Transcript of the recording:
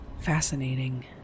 fascinating